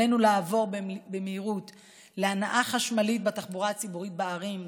עלינו לעבור במהירות להנעה חשמלית בתחבורה הציבורית בערים.